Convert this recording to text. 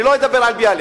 אני לא אדבר על ביאליק,